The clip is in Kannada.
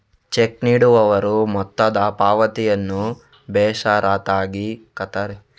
ಚೆಕ್ ನೀಡುವವರು ಮೊತ್ತದ ಪಾವತಿಯನ್ನು ಬೇಷರತ್ತಾಗಿ ಖಾತರಿಪಡಿಸುತ್ತಾರೆ